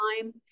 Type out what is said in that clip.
time